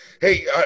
Hey